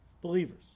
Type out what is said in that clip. believers